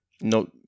no